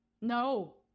no